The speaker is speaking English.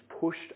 pushed